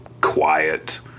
quiet